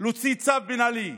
להוציא צו מינהלי,